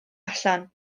allan